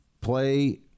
Play